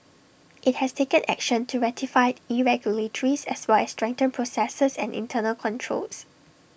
IT has taken action to rectify irregularities as well as strengthen processes and internal controls